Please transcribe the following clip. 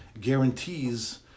guarantees